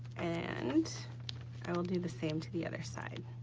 and i will do the same to the other side.